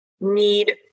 need